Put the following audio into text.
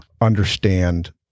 understand